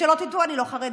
ושלא תטעו, אני לא חרדית,